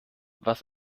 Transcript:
was